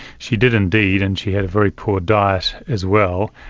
she did indeed, and she had a very poor diet as well,